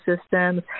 systems